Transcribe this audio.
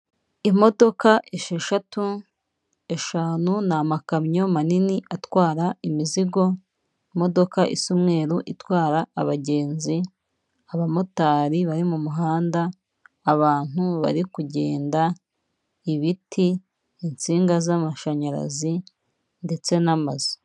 Imodoka esheshatu, eshanu ni amakamyo manini atwara imizigo, imodoka isa umweru itwara abagenzi, abamotari bari mu muhanda, abantu bari kugenda, ibiti, insinga z'amashanyarazi ndetse n'amazu.